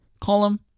column